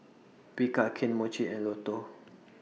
Bika Kane Mochi and Lotto